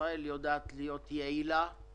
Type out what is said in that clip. להיות יעילה וגם